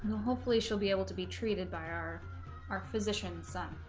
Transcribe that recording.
hopefully she'll be able to be treated by our our physician son